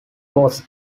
was